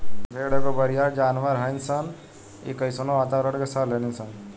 भेड़ एगो बरियार जानवर हइसन इ कइसनो वातावारण के सह लेली सन